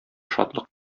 шатлык